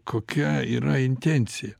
kokia yra intencija